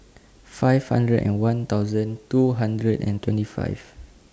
five hundred and one thousand two hundred and twenty five